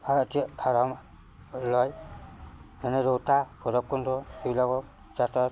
ভাড়াতীয়াই ভাড়া লয় যেনে ৰৌতা ভৈৰৱকুণ্ড এইবিলাকত যাতায়ত